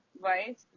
right